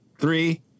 Three